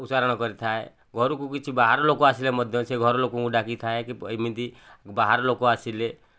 ଉଚ୍ଚାରଣ କରିଥାଏ ଘରକୁ କିଛି ବାହାର ଲାକ ଆସିଲେ ମଧ୍ୟ ସେ ଘର ଲୋକଙ୍କୁ ଡାକିଥାଏ ଏମିତି ବାହାର ଲୋକ ଆସିଲେ